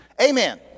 Amen